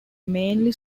mainly